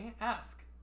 ask